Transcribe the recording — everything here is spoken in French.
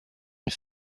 une